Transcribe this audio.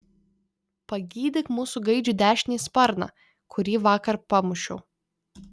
pagydyk mūsų gaidžiui dešinį sparną kurį vakar pamušiau